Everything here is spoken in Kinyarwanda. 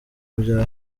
bya